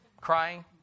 crying